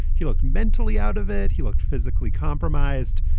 he looked mentally out of it. he looked physically compromised.